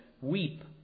weep